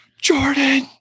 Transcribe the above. Jordan